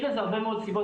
יש לזה הרבה מאוד סיבות.